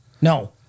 No